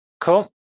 Cool